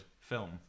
film